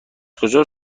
کجا